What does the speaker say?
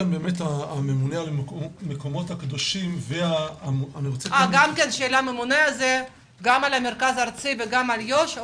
הממונה הזה הוא גם על המרכז הארצי וגם על יו"ש?